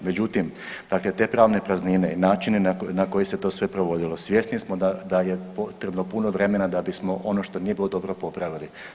Međutim, dakle te pravne praznine i načine na koji se to sve provodilo svjesni smo da je potrebno puno vremena da bismo ono što nije bilo dobro popravili.